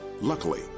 Luckily